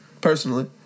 personally